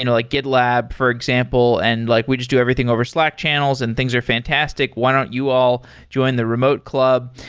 you know like gitlab for example, and like, we just do everything over slack channels and things are fantastic. why don't you all join the remote club?